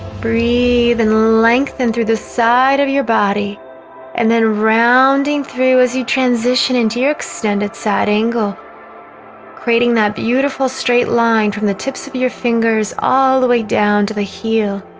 breathe in lengthen through the side of your body and then rounding through as you transition into your extended side angle creating that beautiful straight line from the tips of your fingers all the way down to the heel